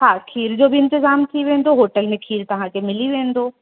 हा खीर जो बि इंतज़ाम थी वेंदो होटल में खीर तव्हांखे मिली वेंदो